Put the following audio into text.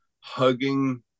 hugging